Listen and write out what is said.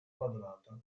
quadrata